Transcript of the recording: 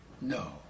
no